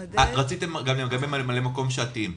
רציתם שאתייחס גם לגבי ממלאי מקום שעתיים.